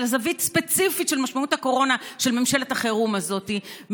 אלא זווית ספציפית של משמעות הקורונה של ממשלת החירום הזאת,